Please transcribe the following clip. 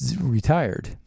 retired